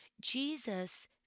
Jesus